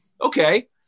okay